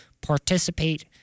Participate